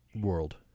world